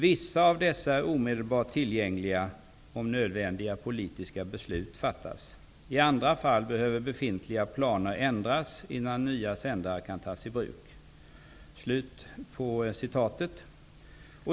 Vissa av dessa är omedelbart tillgängliga om nödvändiga politiska beslut fattas. I andra fall behöver befintliga planer ändras innan nya sändare kan tas i bruk.''